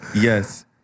Yes